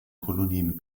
kolonien